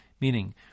meaning